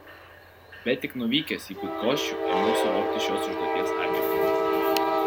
bet tik nuvykęs į bydgoščių ėmiau suvokti šios užduoties apimtį